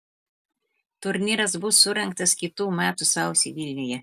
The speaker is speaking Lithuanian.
turnyras bus surengtas kitų metų sausį vilniuje